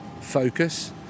focus